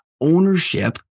ownership